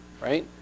right